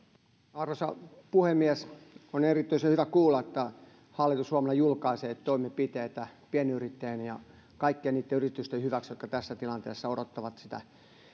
arvoisa puhemies on erityisen hyvä kuulla että hallitus huomenna julkaisee toimenpiteitä pienyrittäjien ja kaikkien niitten yritysten hyväksi jotka tässä tilanteessa odottavat sitä